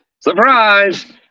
Surprise